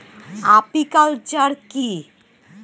Apiculture কি?